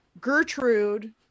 Gertrude